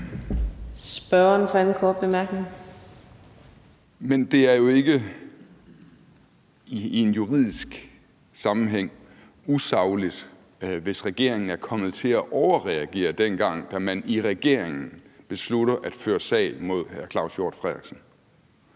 Kl. 17:56 Ole Birk Olesen (LA): Men det er jo ikke i en juridisk sammenhæng usagligt, hvis regeringen er kommet til at overreagere, dengang man i regeringen besluttede at føre sagen mod hr. Claus Hjort Frederiksen.